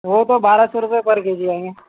وہ تو بارہ سو روپیے پر کے جی آئیں گے